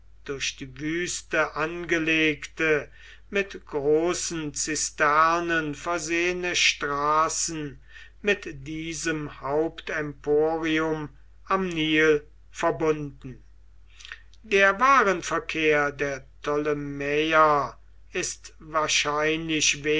durch die wüste angelegte mit großen zisternen versehene straßen mit diesem hauptemporium am nil verbunden der warenverkehr der ptolemäerzeit ist wahrscheinlich